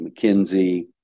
McKinsey